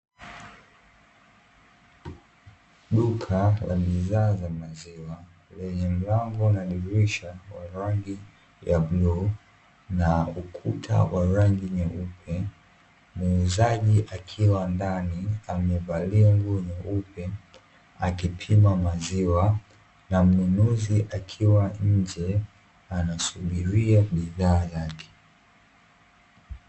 Duka la bidhaa za maziwa, lenye mlango na dirisha wa rangi ya bluu na ukuta wa rangi nyeupe; muuzaji akiwa ndani amevalia nguo nyeupe akipima maziwa, na mnunuzi akiwa nje anasubiria bidhaa yake.